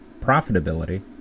profitability